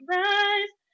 rise